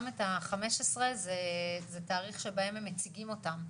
את ה-15 זה תאריך שבו הם מציגים אותן.